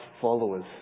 followers